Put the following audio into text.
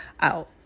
out